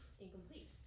incomplete